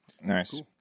nice